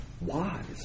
wise